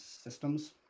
Systems